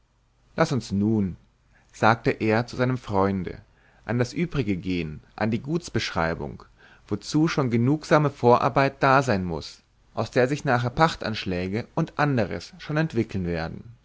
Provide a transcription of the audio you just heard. laß uns nun sagte er zu seinem freunde an das übrige gehen an die gutsbeschreibung wozu schon genugsame vorarbeit da sein muß aus der sich nachher pachtanschläge und anderes schon entwickeln werden